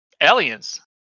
aliens